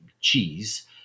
cheese